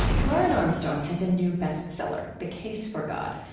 karen armstrong has a new best-seller, the case for god.